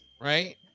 right